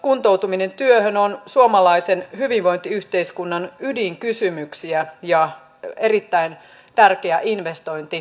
kuntoutuminen työhön on suomalaisen hyvinvointiyhteiskunnan ydinkysymyksiä ja erittäin tärkeä investointi tulevaisuuteen